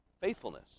faithfulness